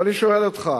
ואני שואל אותך,